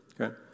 okay